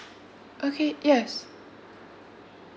okay yes